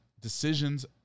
decisions